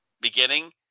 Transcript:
beginning